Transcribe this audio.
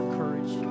courage